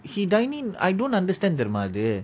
he dine in I don't understand தெரியுமா அது:teriyuma athu